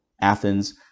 Athens